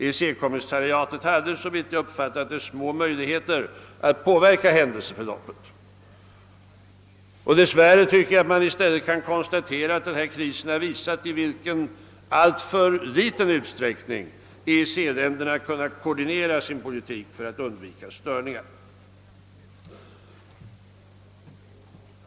EEC-kommissariatet hade, såvitt jag Uppfattat det, små möjligheter att på Verka = händelseförloppet. Dessvärre tycker jag man kan konstatera att den na kris i stället har visat att EEC-länderna i alltför liten utsträckning har kunnat koordinera sin politik för att undvika störningar.